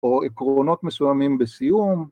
‫או עקרונות מסוימים בסיום.